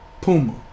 Puma